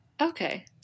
okay